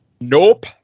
Nope